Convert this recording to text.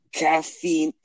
caffeine